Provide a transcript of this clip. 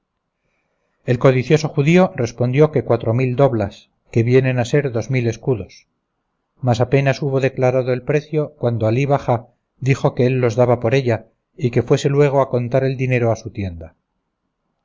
el codicioso judío respondió que cuatro mil doblas que vienen a ser dos mil escudos mas apenas hubo declarado el precio cuando alí bajá dijo que él los daba por ella y que fuese luego a contar el dinero a su tienda